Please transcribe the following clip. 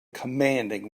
commanding